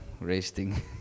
resting